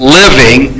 living